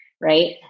right